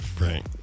Right